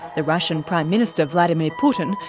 the russian prime minister vladimir putin,